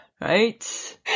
Right